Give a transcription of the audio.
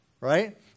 Right